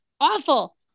awful